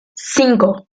cinco